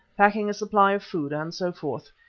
packing a supply of food and so forth.